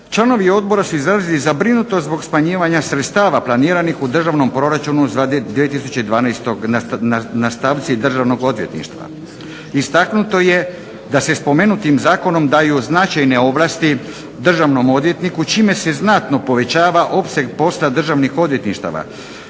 članovi odbora su izrazili zabrinutost zbog smanjivanja sredstava planiranih u Državnom proračunu za 2012. na stavci državnog odvjetništva. Istaknuto je da se spomenutim zakonom daju značajne ovlasti državnom odvjetniku čime se znatno povećava opseg posla državnih odvjetništava